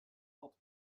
god